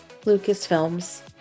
LucasFilms